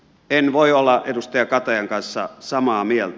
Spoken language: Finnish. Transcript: en voi olla edustaja katajan kanssa samaa mieltä